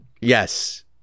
Yes